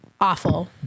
Awful